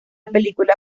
película